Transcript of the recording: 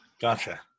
Gotcha